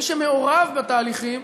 מי שמעורב בתהליכים,